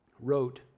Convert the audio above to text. wrote